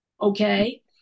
okay